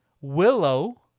Willow